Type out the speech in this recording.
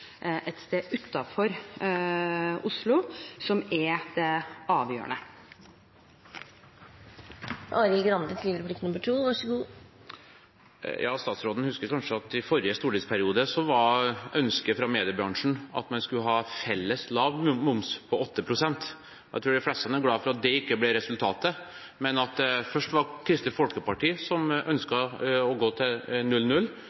et sted utenfor Oslo som er det avgjørende. Statsråden husker kanskje at i forrige stortingsperiode var ønsket fra mediebransjen at man skulle ha felles lav moms på 8 pst. Jeg tror de fleste er glad for at det ikke ble resultatet. Først var det Kristelig Folkeparti som